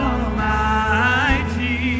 Almighty